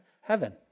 Heaven